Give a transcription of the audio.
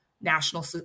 national